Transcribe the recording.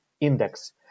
index